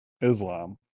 Islam